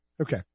Okay